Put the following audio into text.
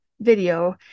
video